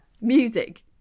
Music